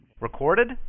Recorded